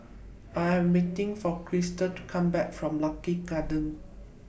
I Am waiting For Crysta to Come Back from Lucky Gardens